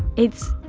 it's